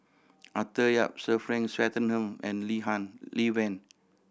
Arthur Yap Sir Frank Swettenham and Lee Han Lee Wen